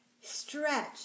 stretch